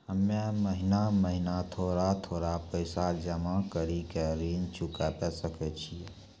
हम्मे महीना महीना थोड़ा थोड़ा पैसा जमा कड़ी के ऋण चुकाबै सकय छियै?